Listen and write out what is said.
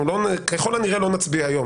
ככל הנראה לא נצביע היום,